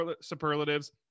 superlatives